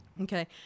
Okay